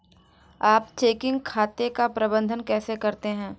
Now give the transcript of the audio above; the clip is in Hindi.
आप चेकिंग खाते का प्रबंधन कैसे करते हैं?